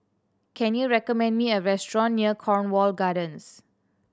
can you recommend me a restaurant near Cornwall Gardens